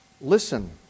listen